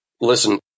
listen